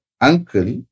uncle